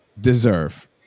deserve